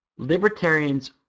Libertarians